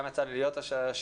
גם יצא לי להיות השנה,